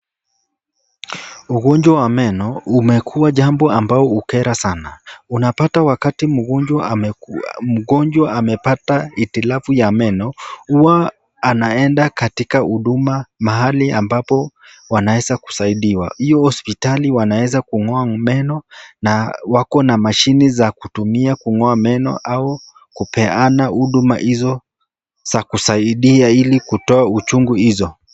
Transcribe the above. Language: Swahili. Ugonjwa wa meno umekuwa jambo ambalo ukera sana. Unapata wakati mgonjwa amekuwa mgonjwa amepata hitilafu ya meno, huwa anaenda katika huduma mahali ambapo wanaweza kusaidiwa. Hiyo hospitali wanaweza kung'oa meno na wako na mashini za kutumia kung'oa meno au kupeana huduma hizo za kusaidia ili kutoa uchungu hizo.